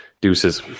Deuces